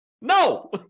No